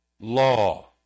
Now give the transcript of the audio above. law